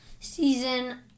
season